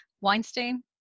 Weinstein